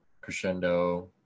Crescendo